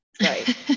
Right